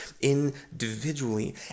individually